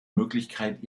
möglichkeit